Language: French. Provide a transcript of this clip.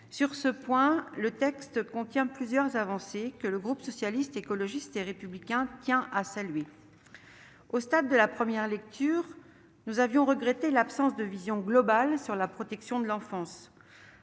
Sur ce point, le texte contient plusieurs avancées que le groupe Socialiste, Écologiste et Républicain tient à saluer. Au stade de la première lecture, nous avions regretté l'absence de vision globale sur la protection de l'enfance,